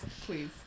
Please